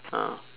ah